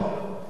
אני מודה לך.